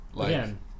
again